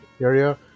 area